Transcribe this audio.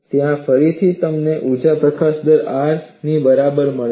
ત્યાં ફરીથી તમને ઊર્જા પ્રકાશન દર R ની બરાબર મળે છે